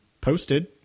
posted